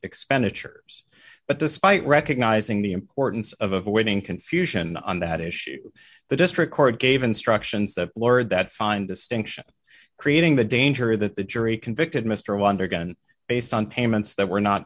expenditures but despite recognizing the importance of avoiding confusion on that issue the district court gave instructions that lord that fine distinction creating the danger that the jury convicted mr wander again based on payments that were not